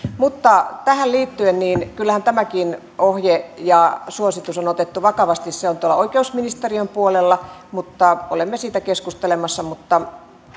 tähän liittyen kyllähän tämäkin ohje ja suositus on otettu vakavasti se on tuolla oikeusministeriön puolella ja olemme siitä keskustelemassa mutta